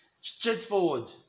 straightforward